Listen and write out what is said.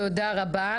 תודה רבה.